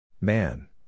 Man